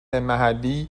محلی